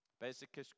basic